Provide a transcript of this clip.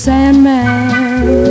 Sandman